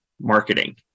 marketing